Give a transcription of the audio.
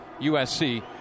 USC